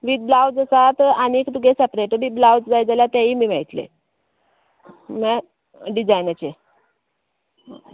with blouse आसात आनीक तुगे सेपरेटूय बी ब्लावज जाय जाल्यार तेयीय बी मेळटले म्हळ्यार डिजायनाचे